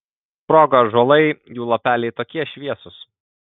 sprogo ąžuolai jų lapeliai tokie šviesūs